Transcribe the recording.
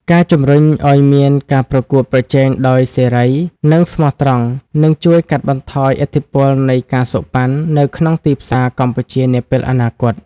ការជម្រុញឱ្យមានការប្រកួតប្រជែងដោយសេរី និងស្មោះត្រង់ នឹងជួយកាត់បន្ថយឥទ្ធិពលនៃ ការសូកប៉ាន់ នៅក្នុងទីផ្សារកម្ពុជានាពេលអនាគត។